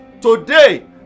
Today